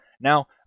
Now